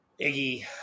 Iggy